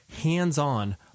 hands-on